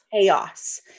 Chaos